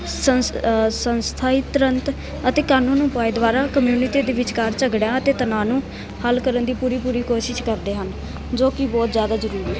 ਸੰਸ ਸੰਸਥਾਈ ਤੁਰੰਤ ਅਤੇ ਕਾਨੂੰਨ ਉਪਾਏ ਦੁਆਰਾ ਕਮਿਊਨਿਟੀ ਦੇ ਵਿਚਕਾਰ ਝਗੜਿਆਂ ਅਤੇ ਤਨਾਅ ਨੂੰ ਹੱਲ ਕਰਨ ਦੀ ਪੂਰੀ ਪੂਰੀ ਕੋਸ਼ਿਸ਼ ਕਰਦੇ ਹਨ ਜੋ ਕਿ ਬਹੁਤ ਜ਼ਿਆਦਾ ਜ਼ਰੂਰੀ